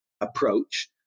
approach